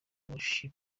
worship